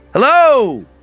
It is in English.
Hello